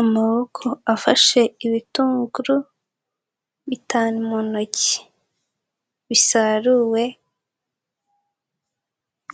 Amaboko afashe ibitunguru bitanu mu ntoki bisaruwe